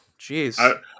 Jeez